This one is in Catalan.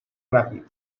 ràpid